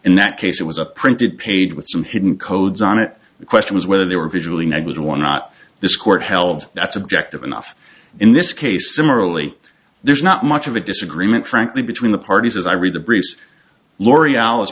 in that case it was a printed page with some hidden codes on it the question was whether they were visually negligent or not this court held that's objective enough in this case similarly there's not much of a disagreement frankly between the parties as i read the briefs l'oreal is